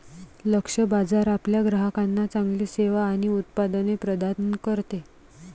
लक्ष्य बाजार आपल्या ग्राहकांना चांगली सेवा आणि उत्पादने प्रदान करते